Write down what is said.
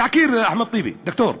תחקיר, אחמד טיבי, ד"ר,